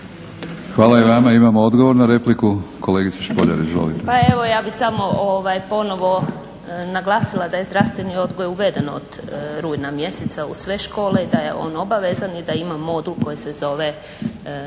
Hvala i vama. Imamo odgovor na repliku. Kolegice Špoljar, izvolite.